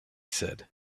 said